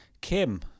Kim